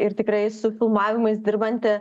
ir tikrai su filmavimais dirbanti